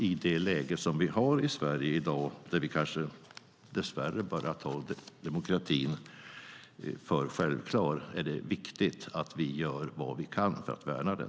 I det läge som vi har i Sverige i dag, där vi dess värre kanske börjar ta demokratin för självklar, är det viktigt att vi gör vad vi kan för att värna den.